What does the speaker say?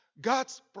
God's